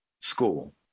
school